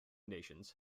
nations